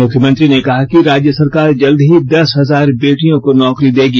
मुख्यमंत्री ने कहा कि राज्य सरकार जल्द ही दस हजार बेटियों को नौकरी देगी